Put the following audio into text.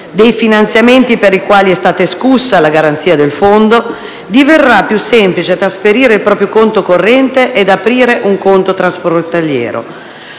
dei finanziamenti per i quali è stata escussa la garanzia del fondo e diverrà più semplice trasferire il proprio conto corrente e aprire un conto transfrontaliero.